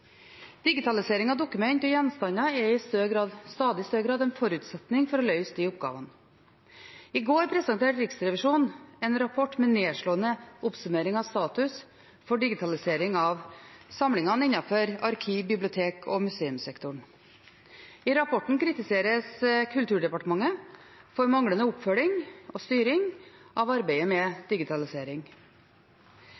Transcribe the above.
Digitalisering av dokumenter og gjenstander er i stadig større grad en forutsetning for å løse de oppgavene. I går presenterte Riksrevisjonen en rapport med en nedslående oppsummering av status for digitalisering av samlingene innenfor arkiv-, bibliotek- og museumssektoren. I rapporten kritiseres Kulturdepartementet for manglende oppfølging og styring av arbeidet med